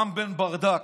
רם בן ברדק,